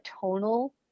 tonal